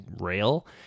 rail